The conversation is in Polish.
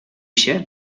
się